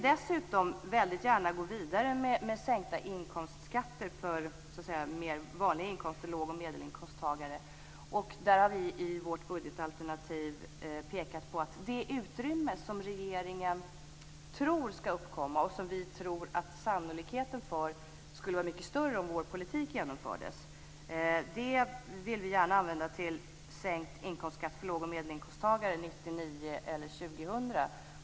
Dessutom vill vi gärna gå vidare med sänkta inkomstskatter när det gäller mer vanliga inkomster, för låg och medelinkomsttagare. Vi har i vårt budgetalternativ pekat på det utrymme som regeringen tror skall uppkomma. Sannolikheten för detta tror vi skulle vara mycket större om vår politik genomfördes. Det utrymmet vill vi gärna använda till sänkt inkomstskatt för låg och medelinkomsttagare 1999 eller 2000.